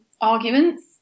arguments